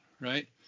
right